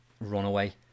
Runaway